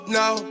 now